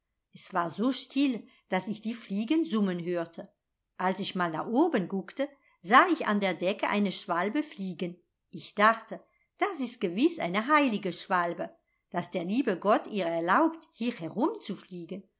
es war so still daß ich die fliegen summen hörte als ich mal nach oben guckte sah ich an der decke eine schwalbe fliegen ich dachte das ist gewiß eine heilige schwalbe daß der liebe gott ihr erlaubt hier